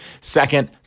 Second